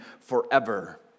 forever